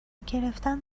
گرفتن